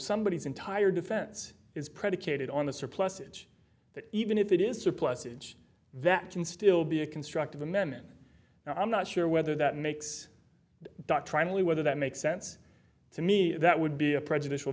somebodies entire defense is predicated on the surplusage that even if it is surplusage that can still be a constructive amendment i'm not sure whether that makes doctrinally whether that makes sense to me that would be a prejudicial